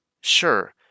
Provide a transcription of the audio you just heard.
Sure